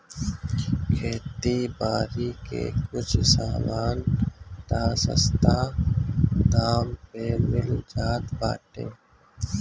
खेती बारी के कुछ सामान तअ सस्ता दाम पे मिल जात बाटे